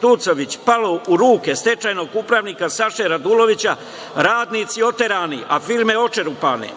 Tucović“ palo u ruke stečajnog upravnika Saše Radulovića, radnici oterani a firme očerupane;